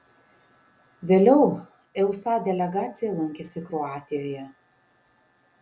vėliau eusa delegacija lankėsi kroatijoje